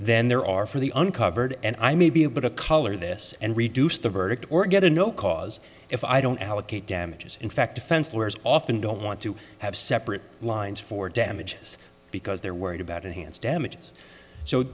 then there are for the uncovered and i may be able to color this and reduce the verdict or get a no cause if i don't allocate damages in fact defense lawyers often don't want to have separate lines for damages because they're worried about enhanced damages so